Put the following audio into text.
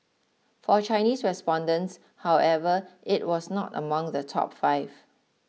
for Chinese respondents however it was not among the top five